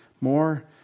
more